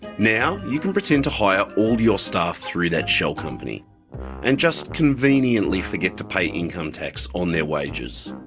now, you can pretend to hire all your staff through that shell company and just conveniently forget to pay income tax on their wages.